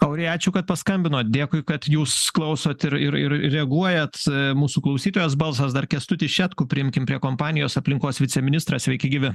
aurėja ačiū kad paskambinot dėkui kad jūs klausot ir ir ir reaguojat mūsų klausytojos balsas dar kęstutį šetkų priimkim prie kompanijos aplinkos viceministrą sveiki gyvi